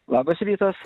labas rytas